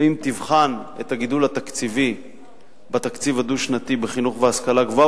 ואם תבחן את הגידול התקציבי בתקציב הדו-שנתי בחינוך ובהשכלה הגבוהה,